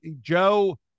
Joe